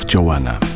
Joanna